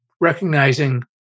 recognizing